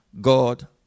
God